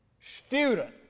student